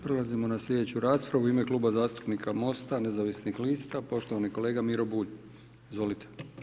Prelazimo na slijedeću raspravu, u ime Kluba zastupnika MOST-a nezavisnih lista, poštovani kolega Miro Bulj, izvolite.